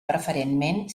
preferentment